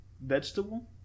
vegetable